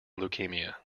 leukemia